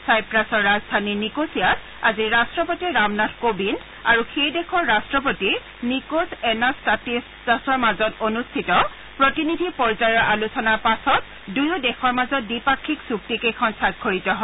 ছাইপ্ৰাছৰ ৰাজধানী নিকোছিয়াত আজি ৰাট্টপতি ৰামনাথ কোবিন্দ আৰু সেই দেশৰ ৰট্টপতি নিকোছ এনাটাছিয়াডছৰ মাজত অনুষ্ঠিত প্ৰতিনিধি পৰ্যায়ৰ আলোচনাৰ পাছত দুয়ো দেশৰ মাজত দ্বিপাক্ষিক চুক্তি কেইখন স্বাক্ষৰিত হয়